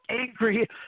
angry